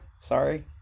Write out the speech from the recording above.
Sorry